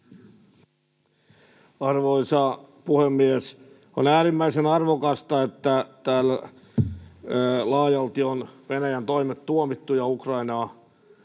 Arvoisa puhemies! On äärimmäisen arvokasta, että täällä laajalti on Venäjän toimet tuomittu ja Ukrainaa